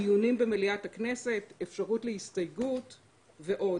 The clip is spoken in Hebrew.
דיונים במליאת הכנסת, אפשרות להסתייגות ועוד.